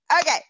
okay